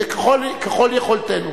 ככל יכולתנו.